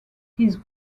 his